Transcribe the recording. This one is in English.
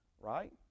right